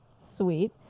sweet